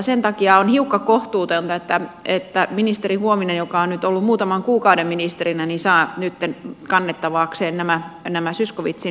sen takia on hiukka kohtuutonta että ministeri huovinen joka on nyt ollut muutaman kuukauden ministerinä saa nytten kannettavakseen nämä zyskowiczin moitteet